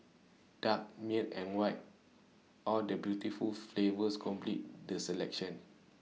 dark milk and white all the beautiful flavours complete the selection